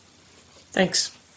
Thanks